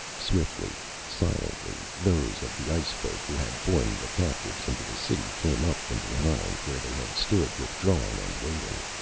swiftly, silently, those of the ice-folk who had borne the captives into the city came up from behind, where they had stood withdrawn and waiting.